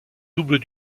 double